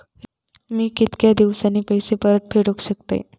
मी कीतक्या दिवसांनी पैसे परत फेडुक शकतय?